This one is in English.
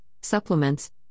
supplements